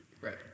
Right